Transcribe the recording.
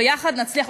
ויחד נצליח,